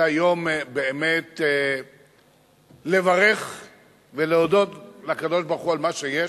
זה היום באמת לברך ולהודות לקדוש-ברוך-הוא על מה שיש,